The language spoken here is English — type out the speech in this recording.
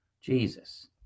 Jesus